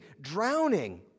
drowning